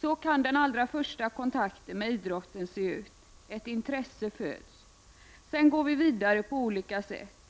Så kan den allra första kontakten med idrotten se ut. Ett intresse föds och barnet utvecklas vidare på sitt eget sätt.